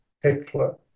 Hitler